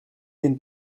den